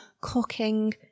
cooking